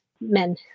men